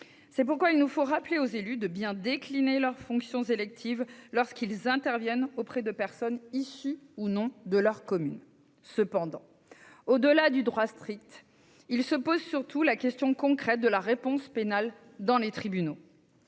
C'est pourquoi il nous faut rappeler aux élus de bien décliner leurs fonctions électives lorsqu'ils interviennent auprès de personnes issues ou non de leur commune. Cependant, au-delà du droit strict, se pose surtout la question concrète de la réponse dans les tribunaux.